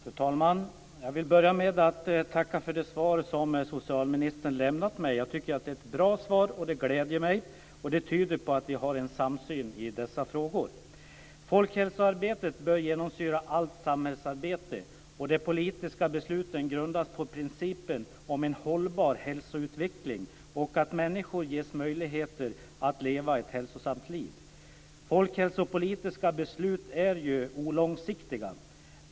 Fru talman! Jag vill börja med att tacka för det svar som socialministern lämnat mig. Jag tycker att det är ett bra svar, och det gläder mig. Det tyder på att vi har en samsyn i dessa frågor. Folkhälsoarbetet bör genomsyra allt samhällsarbete. De politiska besluten bör grundas på principen om en hållbar hälsoutveckling. Människor bör ges möjlighet att leva ett hälsosamt liv. Folkhälsopolitiska beslut är långsiktiga.